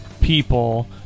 people